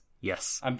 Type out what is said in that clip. Yes